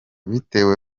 bitewe